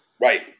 Right